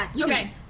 Okay